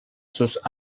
sus